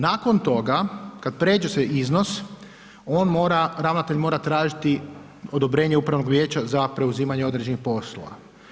Nakon toga, kad pređe se iznos, on mora, ravnatelj mora tražiti odobrenje Upravnog vijeća za preuzimanje određenih poslova.